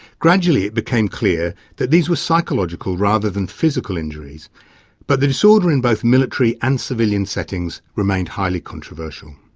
gradually it became clear that these were psychological rather than physical injuries but the disorder in both military and civilian settings remained highly controversial.